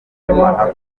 bituma